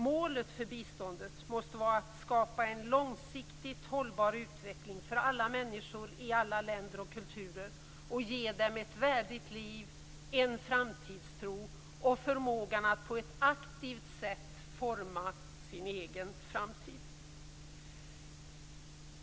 Målet för biståndet måste vara att skapa en långsiktigt hållbar utveckling för alla människor i alla länder och kulturer och ge dem ett värdigt liv, en framtidstro och förmågan att på ett aktivt sätt forma sin egen framtid.